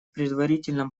предварительном